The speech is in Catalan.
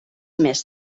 més